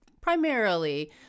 primarily